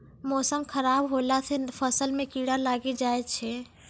मौसम खराब हौला से फ़सल मे कीड़ा लागी जाय छै?